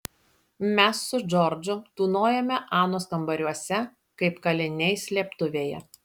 mes su džordžu tūnojome anos kambariuose kaip kaliniai slėptuvėje